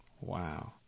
Wow